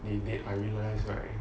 later I realise right